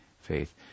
faith